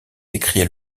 s’écria